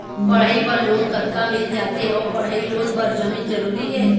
पढ़ई बर लोन कतका मिल जाथे अऊ पढ़ई लोन बर जमीन जरूरी हे?